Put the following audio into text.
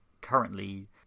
currently